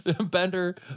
Bender